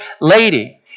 lady